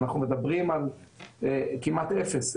אנחנו מדברים על כמעט אפס,